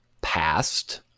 past